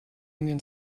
onion